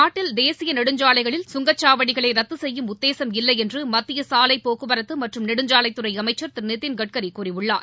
நாட்டில் தேசிய நெடுஞ்சாலைகளில் சுங்கச்சாவடிகளை ரத்து செய்யும் உத்தேசும் இல்லை என்று மத்திய சாலை போக்குவரத்து மற்றும் நெடுஞ்சாலைத்துறை அமைச்சள் திரு நிதின் கட்கரி கூறியுள்ளார்